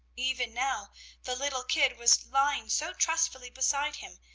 even now the little kid was lying so trustfully beside him,